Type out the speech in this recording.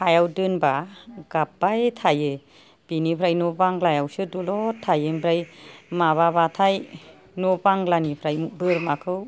हायाव दोनबा गाबबाय थायो बिनिफ्राय न' बांग्लायावसो दलर थायो ओमफ्राय माबाबाथाय न' बांग्लानिफ्राय बोरमाखौ